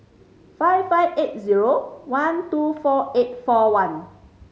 five five eight zero one two four eight four one